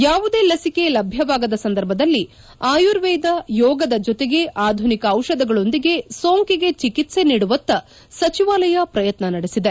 ಯಾವುದೇ ಲಸಿಕೆ ಲಭ್ಯವಾಗದ ಸಂದರ್ಭದಲ್ಲಿ ಆಯುರ್ವೇದ ಯೋಗದ ಜೊತೆಗೆ ಆಧುನಿಕ ಟಿಷಧಗಳೊಂದಿಗೆ ಸೋಂಕಿಗೆ ಚಿಕಿತ್ಸೆ ನೀಡುವತ್ತ ಸಚಿವಾಲಯ ಪ್ರಯತ್ನ ನಡೆಸಿದೆ